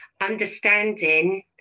understanding